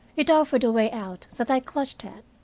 it offered a way out that i clutched at.